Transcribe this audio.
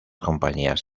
compañías